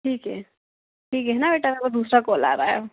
ठीक है ठीक है ना बेटा वह दूसरा कॉल आ रहा है